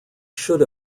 should